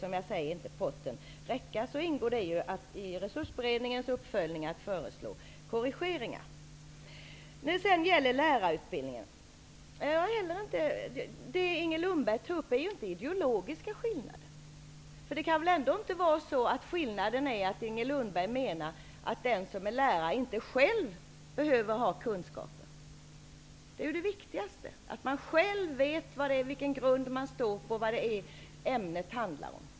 Om inte potten räcker ingår det i resursberedningens uppföljningsarbete att föreslå korrigeringar. Sedan är det lärarutbildningen. Det Inger Lundberg tar upp är inte ideologiska skillnader. Skillnaden kan väl ändå inte vara att Inger Lundberg menar att den som är lärare själv inte behöver kunskaper? Det är ju det viktigaste. Man måste själv veta vilken grund man står på och vad ämnet handlar om.